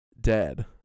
Dead